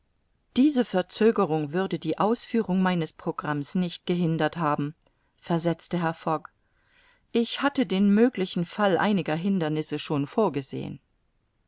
diese verzögerung würde die ausführung meines programms nicht gehindert haben versetzte herr fogg ich hatte den möglichen fall einiger hindernisse schon vorgesehen